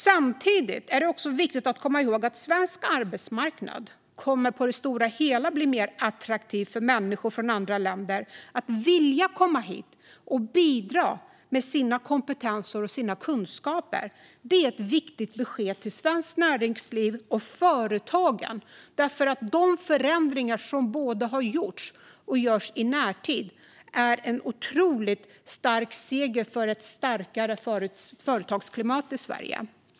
Samtidigt är det viktigt att komma ihåg att svensk arbetsmarknad på det stora hela kommer att bli mer attraktiv för människor från andra länder, att de vill komma hit och bidra med sina kompetenser och sina kunskaper. Det är ett viktigt besked till Svenskt Näringsliv och företagen. De förändringar som har gjorts och görs i närtid är nämligen en stor seger för ett starkare företagsklimat i Sverige.